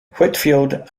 whitfield